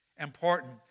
important